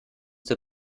der